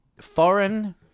Foreign